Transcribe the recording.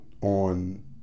on